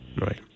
Right